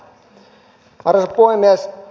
arvoisa puhemies